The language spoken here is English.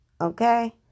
Okay